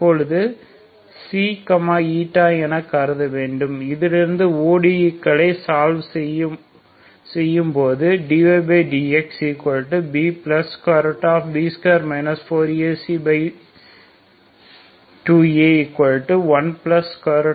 தற்பொழுது என கருத வேண்டும் இதிலிருந்து இந்த ODE களை சால்வ் செய்யும் போது dydxBB2 4AC2A 112 4